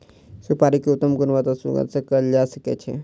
सुपाड़ी के उत्तम गुणवत्ता सुगंध सॅ कयल जा सकै छै